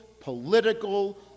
political